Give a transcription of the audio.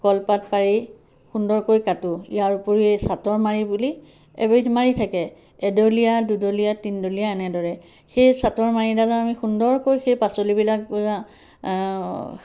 কলপাত পাৰি সুন্দৰকৈ কাটোঁ ইয়াৰ উপৰি চাটৰ মাৰি বুলি এবিধ মাৰি থাকে এডলীয়া দুদলীয়া তিনডলীয়া এনেদৰে সেই চাটৰ মাৰিডালত আমি সুন্দৰকৈ সেই পাচলিবিলাক পূৰা